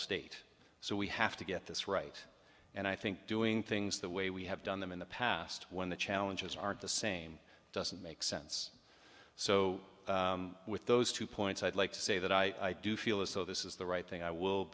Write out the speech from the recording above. state so we have to get this right and i think doing things the way we have done them in the past when the challenges aren't the same doesn't make sense so with those two points i'd like to say that i do feel as though this is the right thing i will